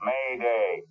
Mayday